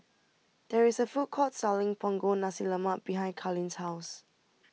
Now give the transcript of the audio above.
there is a food court selling Punggol Nasi Lemak behind Carleen's house